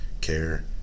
care